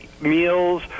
meals